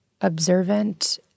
observant